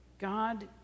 God